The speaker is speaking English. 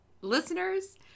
listeners